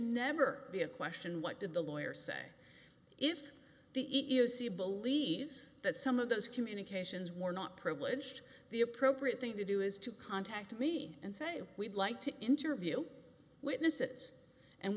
never be a question what did the lawyer say if the e e o c believes that some of those communications were not privileged the appropriate thing to do is to contact me and say we'd like to interview witnesses and